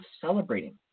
celebrating